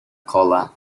cola